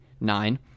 nine